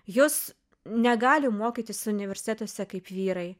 jos negali mokytis universitetuose kaip vyrai